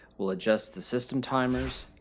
we'll adjust the system timers.